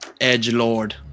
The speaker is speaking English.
Edgelord